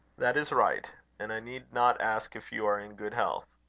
that is right and i need not ask if you are in good health.